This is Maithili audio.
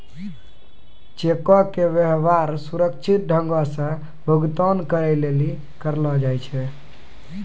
चेको के व्यवहार सुरक्षित ढंगो से भुगतान करै लेली करलो जाय छै